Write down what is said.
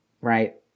right